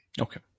Okay